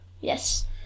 Yes